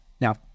now